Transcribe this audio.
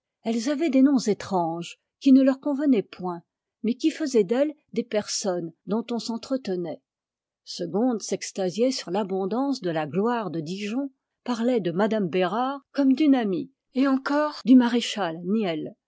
elles avaient des noms étranges qui ne leur convenaient point mais qui faisaient d'elles des personnes dont on s'entretenait segonde s'extasiait sur l'abondance de la gloire de dijon parlait de mme bérard comme d'une amie et encore du maréchal niel